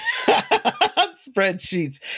Spreadsheets